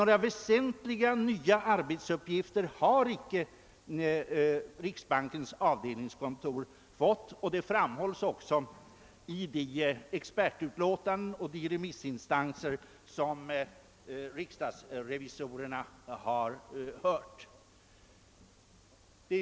Några väsentliga nya arbetsuppgifter har riksbankens avdelningskontor emellertid inte fått, vilket också framhålles i de expertoch remissyttranden som riksdagsrevisorerna infordrat.